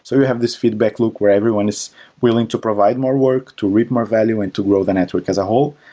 so you have this feedback loop, where everyone is willing to provide more work, to read more value and to grow the network as a whole,